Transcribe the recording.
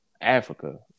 Africa